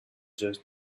just